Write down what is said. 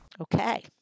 Okay